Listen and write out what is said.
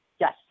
Yes